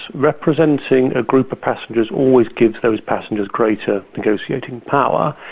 representing a group of passengers always gives those passengers greater negotiating power.